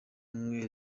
umwe